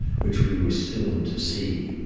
which we were soon to see.